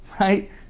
right